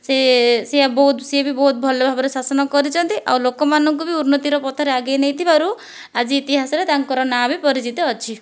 ସିଏ ସିଏ ବହୁତ ସିଏ ବି ବହୁତ ଭଲ ଭାବରେ ଶାସନ କରିଛନ୍ତି ଆଉ ଲୋକମାନଙ୍କୁ ବି ଉନ୍ନତିର ପଥରେ ଆଗେଇ ନେଇଥିବାରୁ ଆଜି ଇତିହାସରେ ତାଙ୍କର ନାଁ ବି ପରିଚିତ ଅଛି